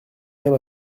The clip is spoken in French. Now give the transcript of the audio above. bien